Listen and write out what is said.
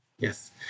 Yes